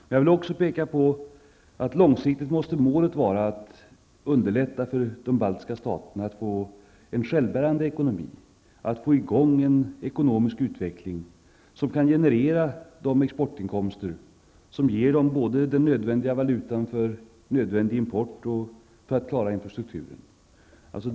Men jag vill även peka på att målet långsiktigt måste vara att underlätta för de baltiska staterna att få en självbärande ekonomi, att få i gång en ekonomisk utveckling som kan generera de exportinkomster som ger dem både den nödvändiga valutan för nödvändig import och för att klara infrastrukturen.